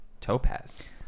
Topaz